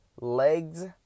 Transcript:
legs